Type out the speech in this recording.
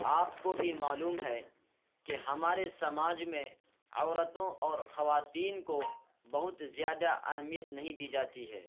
آپ کو بھی معلوم ہے کہ ہمارے سماج میں عورتوں اور خواتین کو بہت زیادہ اہمیت نہیں دی جاتی ہے